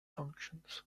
functions